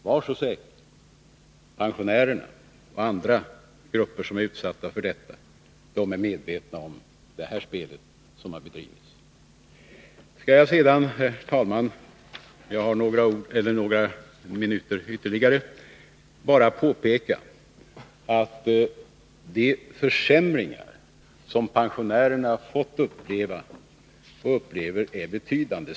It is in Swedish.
Var så säkra: pensionärerna och andra grupper som är utsatta för detta är medvetna om det spel som har bedrivits. Jag skall sedan, herr talman, eftersom jag har ytterligare några minuters taletid, bara påpeka att de försämringar som pensionärerna upplever är betydande.